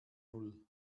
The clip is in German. null